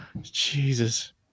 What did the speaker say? Jesus